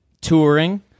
touring